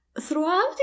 Throughout